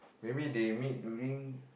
maybe they meet during